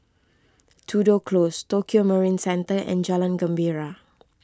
Tudor Close Tokio Marine Centre and Jalan Gembira